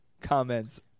comments